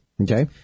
Okay